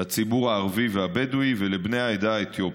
לציבור הערבי והבדואי ולבני העדה האתיופית.